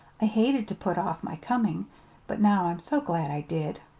i hated to put off my coming but now i'm so glad i did.